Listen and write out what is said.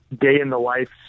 day-in-the-life